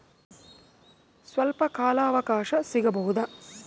ಸ್ವಲ್ಪ ಕಾಲ ಅವಕಾಶ ಸಿಗಬಹುದಾ?